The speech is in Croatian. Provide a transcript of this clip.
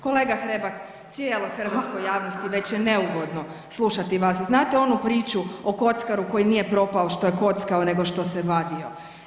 Kolega Hrebak cijeloj hrvatskoj javnosti već je neugodno slušati vas, znate onu priču o kockaru koji nije propao što je kockao nego što se vadio.